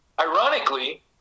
Ironically